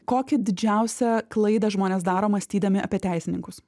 kokią didžiausią klaidą žmonės daro mąstydami apie teisininkus